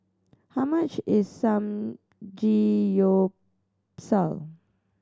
how much is Samgeyopsal